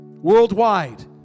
Worldwide